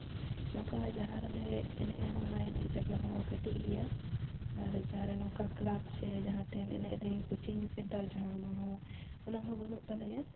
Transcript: ᱱᱚᱝᱠᱟ ᱡᱟᱦᱟᱸ ᱨᱮᱞᱮ ᱮᱱᱮᱡᱼᱟ ᱚᱱᱟ ᱮᱱᱮᱡ ᱡᱟᱭᱜᱟ ᱦᱚᱸ ᱠᱟᱹᱴᱤᱡ ᱜᱮᱭᱟ ᱟᱨ ᱡᱟᱦᱟᱸ ᱨᱮ ᱱᱚᱝᱠᱟ ᱠᱞᱟᱵ ᱥᱮ ᱡᱟᱦᱟᱸᱴᱷᱮᱱ ᱮᱱᱮᱡ ᱞᱟᱹᱜᱤᱫ ᱠᱳᱪᱤᱝ ᱥᱮᱱᱴᱟᱨ ᱡᱟᱦᱟᱸ ᱚᱱᱟᱦᱚᱸ ᱚᱱᱟᱦᱚᱸ ᱵᱟᱹᱱᱩᱜ ᱛᱟᱞᱮᱭᱟ